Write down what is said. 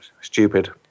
Stupid